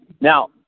Now